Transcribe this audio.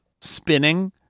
spinning